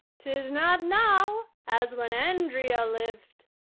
tis not now as when andrea liv'd.